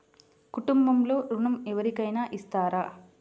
కుటుంబంలో ఋణం ఎవరికైనా ఇస్తారా?